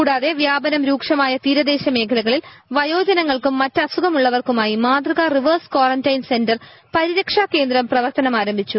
കൂടാത്രി പ്യാപനം രൂക്ഷമായ തീരദേശ മേഖലകളിൽ വയോജന്റങ്ങൾക്കും മറ്റ് അസുഖങ്ങൾ ഉള്ളവർക്കുമായി മാതൃക്ടാ റിവേഴ്സ് കാറന്റൈയിൻ സെന്റർ പരിരക്ഷാ കേന്ദ്രം പ്രവർത്തനം ആരംഭിച്ചു